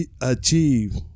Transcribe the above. achieve